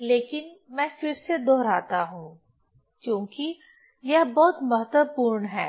लेकिन मैं फिर से दोहराता हूं क्योंकि यह बहुत महत्वपूर्ण है